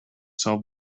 solved